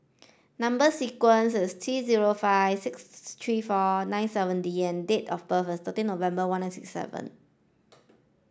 number sequence is T zero five six three four nine seven D and date of birth is thirteen November one nine six seven